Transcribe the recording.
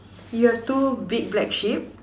you have two big black sheep